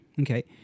Okay